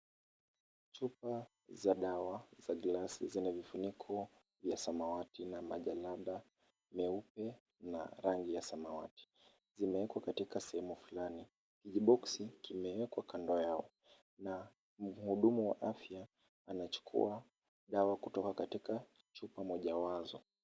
Chupa za dawa ya glasi zenye vifuniko vya samawati na majalada meupe na rangi ya samawati, zimeekwa katika sehemu flani, jiboxi imeekwa kando yao na mhuduma wa afya anachukuwa dawa katika chupa mojawazo.